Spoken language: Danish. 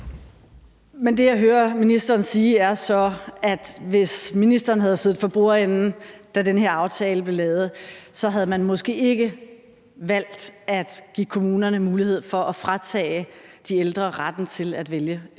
Det, jeg hører ministeren sige, er så, at hvis ministeren havde siddet for bordenden, da den her aftale blev lavet, havde man måske ikke valgt at give kommunerne mulighed for at fratage de ældre retten til at vælge et